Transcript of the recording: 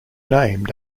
named